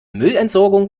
müllentsorgung